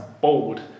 bold